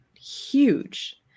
huge